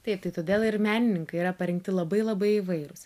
taip tai todėl ir menininkai yra parinkti labai labai įvairūs